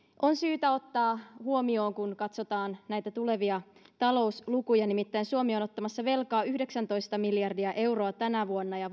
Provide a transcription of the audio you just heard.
on syytä ottaa huomioon kun katsotaan näitä tulevia talouslukuja nimittäin suomi on ottamassa velkaa yhdeksäntoista miljardia euroa tänä vuonna ja